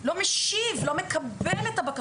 לא עונה בכלל, לא משיב, לא מקבל את הבקשות.